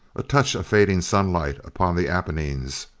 a touch of fading sunlight upon the apennines.